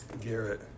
Garrett